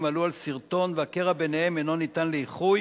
עלו על שרטון והקרע ביניהם אינו ניתן לאיחוי,